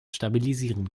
stabilisieren